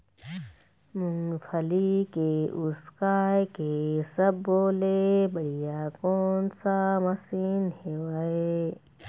मूंगफली के उसकाय के सब्बो ले बढ़िया कोन सा मशीन हेवय?